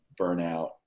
burnout